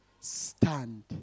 stand